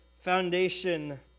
foundation